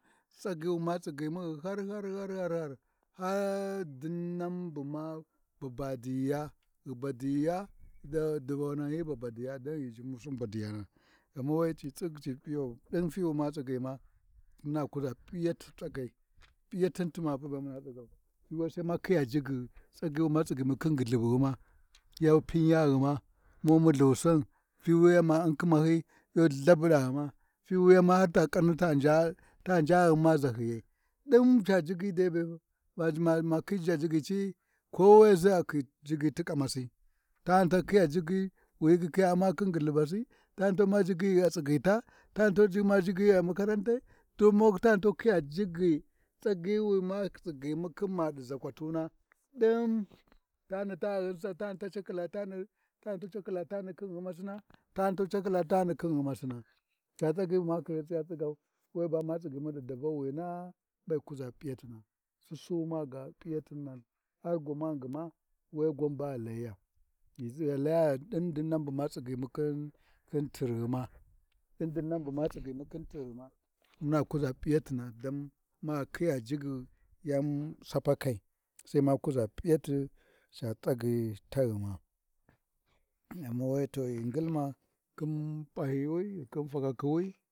Tsagyi wi ma tsigyimu ɗi har-har-har, har dinnan buma babadiya ighi badiya, davawa nan hyi babadiyiya idon ghi jimusin badiyana ghama we ci tsi ci ci p’iyau, ɗin fi wi ma tsigyima manu kuʒa p’iyati tsagyai, p’iyatin tuma, ba muna kuʒau, fiwuya Sai ma khiya jigyi tsagyi wi ma tsagyimu khin guullhubughima, yu piyaghima, mu multhusin, fiwiyi ma U’nm khima hyi yu Lthabuɗa ghima, fiwiyi har ta kaanni-ta kaanni ta njaghin ʒahyiyai, ɗin ca jigyi be-e ma khi chajigyi ci’i, kowai Sai akhi jigyi ti kamasi, tani ta khyi jigyi wi hyi khi khiya Umma khi gyullhubasi, tani tu U’mma jigyi ghi a tsighiya, tani ditu Umma jigyi ɗi makaranti tani tu khiya jigyi, jigyi tsagyi Wi ma tsigyimu khin ma ʒakwatuna ɗin, tani ta ghinsau, tani tu cakhila tana tu cakhila tani khin ghimasina tani tu ta cakhila tani khin ghimasinaca tsagyi wi ma khi khiya tsigau weba ma tsagyimuɗi davawama mye kuʒa p’iyatina, Sussu maga P’iyatin, har gwani gma weba ghi layiya ghi laya ɗin dinnan bu ma tsigyimu khin tirghima ɗin dinnan ɓuma tsigyimu khin tirghima. Muna kuʒa P’iyatina don ma khiya jigyi yan Sapakai, Sai ma kuʒa P’iyati ca tsagyi taghima, ghama we ghi ngilma khin P’ahyiwi khin fakakhiwi.